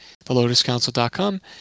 thelotuscouncil.com